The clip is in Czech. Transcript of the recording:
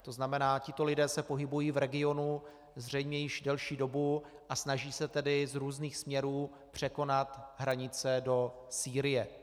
To znamená, tito lidé se pohybují v regionu zřejmě již delší dobu a snaží se z různých směrů překonat hranice do Sýrie.